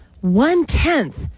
one-tenth